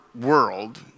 world